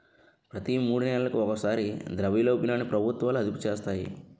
ప్రతి మూడు నెలలకు ఒకసారి ద్రవ్యోల్బణాన్ని ప్రభుత్వాలు అదుపు చేస్తాయి